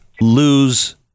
lose